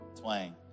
twang